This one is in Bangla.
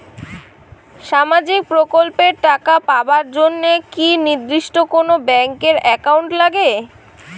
সামাজিক প্রকল্পের টাকা পাবার জন্যে কি নির্দিষ্ট কোনো ব্যাংক এর একাউন্ট লাগে?